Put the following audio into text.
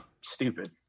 Stupid